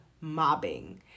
mobbing